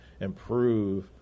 improve